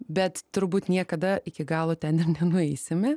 bet turbūt niekada iki galo ten nenueisime